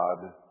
God